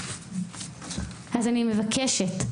אני מבקשת,